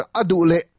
adule